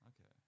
Okay